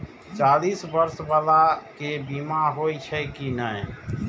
चालीस बर्ष बाला के बीमा होई छै कि नहिं?